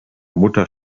mutter